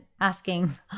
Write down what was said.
asking